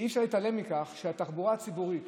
אי-אפשר להתעלם מכך שהתחבורה הציבורית